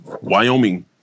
Wyoming